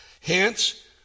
Hence